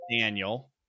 Daniel